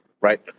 right